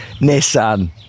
Nissan